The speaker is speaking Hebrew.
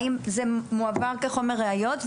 האם זה מועבר כחומר ראיות,